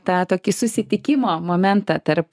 tą tokį susitikimo momentą tarp